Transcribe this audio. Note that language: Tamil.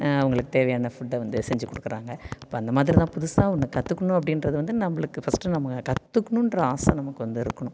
அவங்களுக்குத் தேவையான ஃபுட்டை வந்து செஞ்சு கொடுக்குறாங்க இப்போ அந்தமாதிரிதான் புதுசாக ஒன்று கற்றுக்கணும் அப்படின்றது வந்து நம்மளுக்கு ஃபர்ஸ்ட்டு நம்ம கற்றுக்கணுன்ற ஆசை நமக்கு வந்து இருக்கணும்